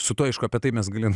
su tuo aišku apie tai mes galime